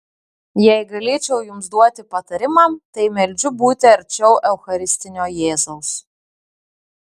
jei galėčiau jums duoti patarimą tai meldžiu būti arčiau eucharistinio jėzaus